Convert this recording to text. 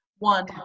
One